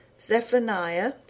Zephaniah